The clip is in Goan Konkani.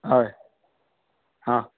हय आं